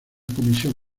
comisión